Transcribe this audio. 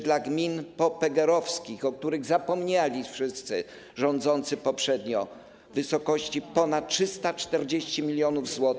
Dla gmin popegeerowskich, o których zapomnieli wszyscy rządzący poprzednio, przeznaczono ponad 340 mln zł.